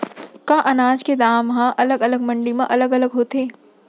का अनाज के दाम हा अलग अलग मंडी म अलग अलग होथे?